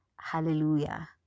hallelujah